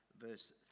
verse